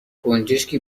گنجشکی